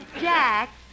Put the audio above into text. Jack